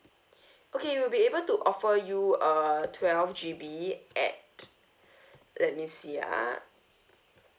okay we'll be able to offer you a twelve G_B at let me see ah